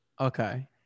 Okay